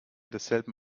desselben